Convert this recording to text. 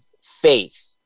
faith